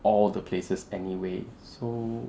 all the places anyway so